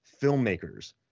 filmmakers